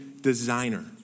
designer